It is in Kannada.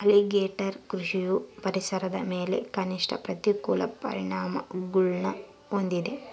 ಅಲಿಗೇಟರ್ ಕೃಷಿಯು ಪರಿಸರದ ಮೇಲೆ ಕನಿಷ್ಠ ಪ್ರತಿಕೂಲ ಪರಿಣಾಮಗುಳ್ನ ಹೊಂದಿದೆ